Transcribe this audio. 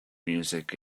music